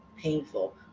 painful